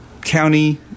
county